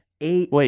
Eight